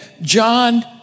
John